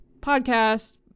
podcast